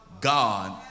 God